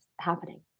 happening